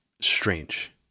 strange